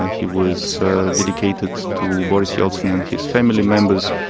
he was dedicated to boris yeltsin and his family members,